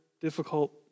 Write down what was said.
difficult